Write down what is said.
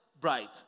bright